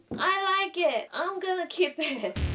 i like it. i'm gonna keep it